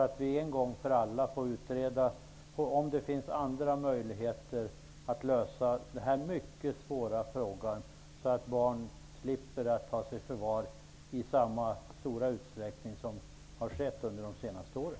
Det skall en gång för alla utredas om det finns andra möjligheter att lösa denna mycket svåra fråga, dvs. så att barn slipper tas i förvar i samma utsträckning som har skett under de senaste åren.